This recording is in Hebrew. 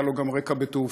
היה לו גם רקע בתעופה.